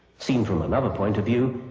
seen from another point of view,